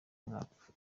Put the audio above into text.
mwaka